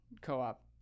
co-op